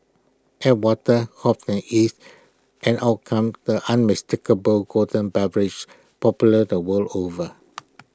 add water hops and yeast and out comes the unmistakable golden beverage popular the world over